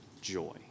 joy